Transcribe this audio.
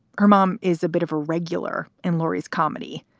her mom is a bit of a regular and lori's comedy.